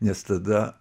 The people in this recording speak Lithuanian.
nes tada